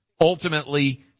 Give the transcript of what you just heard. ultimately